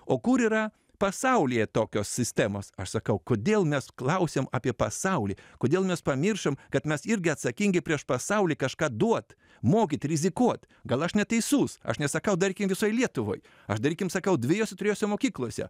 o kur yra pasaulyje tokios sistemos aš sakau kodėl mes klausiam apie pasaulį kodėl mes pamiršom kad mes irgi atsakingi prieš pasaulį kažką duot mokyt rizikuot gal aš neteisus aš nesakau darykim visoj lietuvoj aš darykim sakau dviejose trijose mokyklose